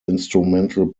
instrumental